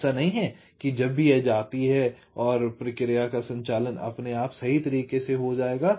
ऐसा नहीं है कि जब भी एज आती है और प्रकिर्या का सञ्चालन अपने आप सही तरीके से हो जायेगा